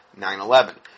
9-11